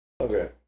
Okay